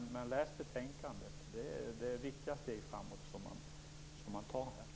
Men läs betänkandet! Det är viktiga steg framåt som här tas.